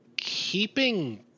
keeping